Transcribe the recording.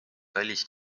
kallis